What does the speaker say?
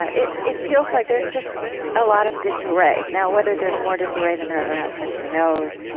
ah it it feels like there's just a lot of disarray. now, whether there's more disarray than there ever has been, who knows?